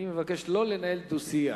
אני מבקש לא לנהל דו-שיח.